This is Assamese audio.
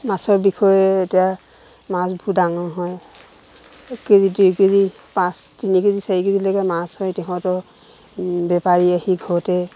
মাছৰ বিষয়ে এতিয়া মাছবোৰ ডাঙৰ হয় এক কে জি দুই কে জি পাঁচ তিনি কে জি চাৰি কে জিলৈকে মাছ হয় তিহঁতৰ বেপাৰী আহি ঘৰতে